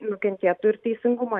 nukentėtų ir teisingumo